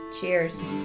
Cheers